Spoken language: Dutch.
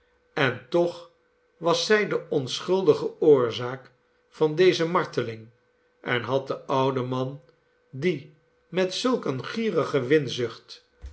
en toch was zij de onschuldige oorzaak van deze marteling en had de oude man die met zulk eene gierige